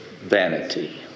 vanity